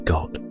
God